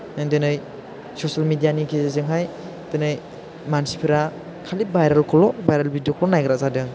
दिनै ससियेल मिडियानि गेजेरजोंहाय दिनै मानसिफोरा खालि भाइरेलखौल' भाइरेल भिडिअखौ नायग्रा जादों